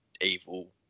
Evil